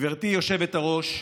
גברתי היושבת-ראש,